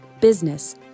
business